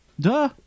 Duh